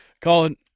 Colin